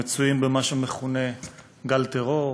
מצויים במה שמכונה "גל טרור",